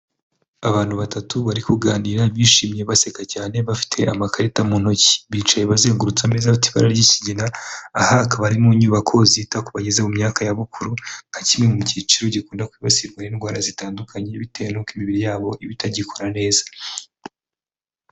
Abantu batatu bari kuganira bishimye baseka cyane, bafite amakarita mu ntoki, bicaye bazengurutse ameza afite ibara ry'ikigina, aha akaba ari mu nyubako zita ku bageze mu myaka ya bukuru nka kimwe mu cyiciro gikunda kwibasirwa n'indwara zitandukanye, bitewe n'uko imibiri yabo iba itagikora neza.